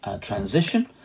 transition